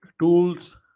tools